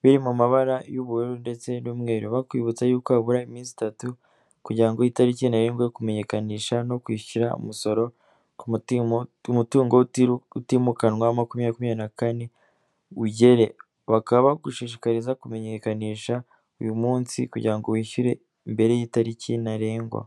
biri mu mabara y'ubururu ndetse n'umweru, bakwibutsa yuko habura iminsi itatu kugira ngo itariki ntarengwa yo kumenyekanisha no kwishyura umusoro ku mutungo utimukanwa makumyabiri makumyabiri na kane ugere, bakaba bagushishikariza kumenyekanisha uyu munsi kugirango ngo wishyure mbere y'itariki ntarengwa.